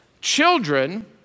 Children